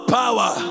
power